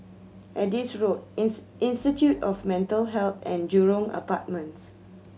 Adis Road Institute of Mental Health and Jurong Apartments